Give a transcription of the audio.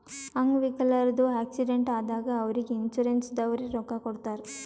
ಅಂಗ್ ವಿಕಲ್ರದು ಆಕ್ಸಿಡೆಂಟ್ ಆದಾಗ್ ಅವ್ರಿಗ್ ಇನ್ಸೂರೆನ್ಸದವ್ರೆ ರೊಕ್ಕಾ ಕೊಡ್ತಾರ್